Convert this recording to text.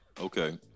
Okay